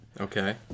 Okay